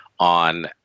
on